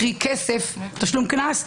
קרי תשלום קנס,